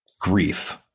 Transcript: grief